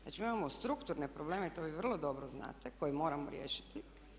Znači, mi imamo strukturne probleme i to vi vrlo dobro znate koje moramo riješiti.